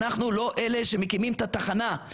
אנחנו לא אלה שמקימים את התחנה,